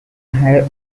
higher